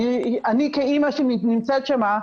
אני כאמא שנמצאת שם,